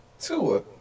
Tua